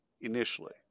initially